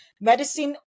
medicine